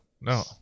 no